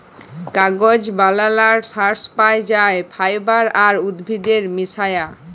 কাগজ বালালর সর্স পাই যাই ফাইবার আর উদ্ভিদের মিশায়া